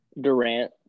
Durant